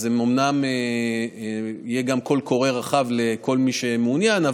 אומנם יהיה גם קול קורא רחב לכל מי שמעוניין,